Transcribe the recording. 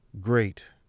great